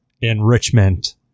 enrichment